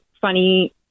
funny